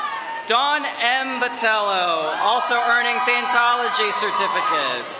dawn m. battelo also earning thanatology certificate.